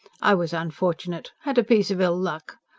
i was unfortunate. had a piece of ill-luck,